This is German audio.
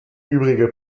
übrige